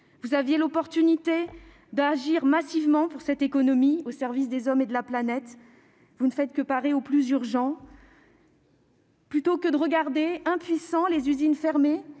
Vous aviez l'occasion d'agir massivement pour cette économie au service des hommes et de la planète et vous ne faites que parer au plus urgent. Plutôt que de regarder, impuissants, les usines fermer,